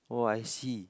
oh I see